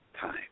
time